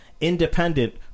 independent